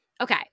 Okay